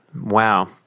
wow